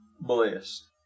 blessed